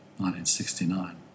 1969